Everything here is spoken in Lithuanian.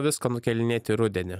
viską nukėlinėt į rudenį